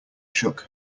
shook